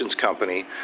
company